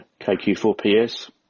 KQ4PS